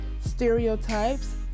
stereotypes